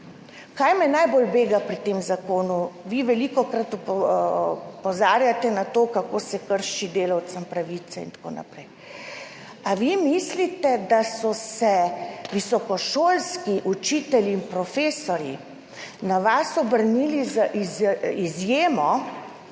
kaj me najbolj bega pri tem zakonu. Vi velikokrat opozarjate na to, kako se krši delavcem pravice in tako naprej. Ali vi mislite, da so se visokošolski učitelji in profesorji na vas obrnili z izjemo,